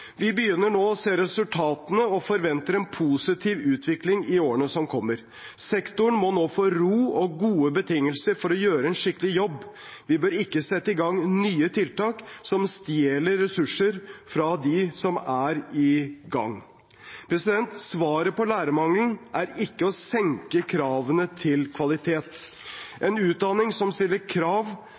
Vi begynner nå å se resultatene og forventer en positiv utvikling i årene som kommer. Sektoren må nå få ro og gode betingelser for å gjøre en skikkelig jobb. Vi bør ikke sette i gang nye tiltak som stjeler ressurser fra dem som er i gang. Svaret på lærermangelen er ikke å senke kravene til kvalitet. En utdanning som stiller krav,